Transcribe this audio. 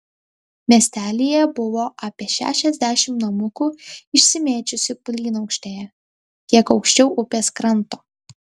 miestelyje buvo apie šešiasdešimt namukų išsimėčiusių plynaukštėje kiek aukščiau upės kranto